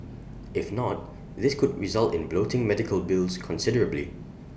if not this could result in bloating medical bills considerably